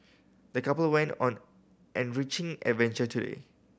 the couple went on enriching adventure